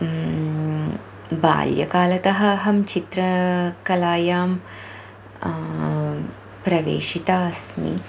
बाल्यकालात् अहं चित्रकलायां प्रवेशिता अस्मि